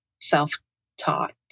self-taught